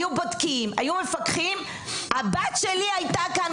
בודקים ומפקחים הבת שלי הייתה כאן,